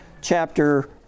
chapter